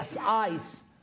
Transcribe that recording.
eyes